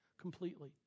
completely